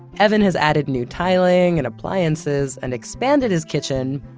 evan has added new tiling and appliances and expanded his kitchen,